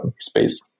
space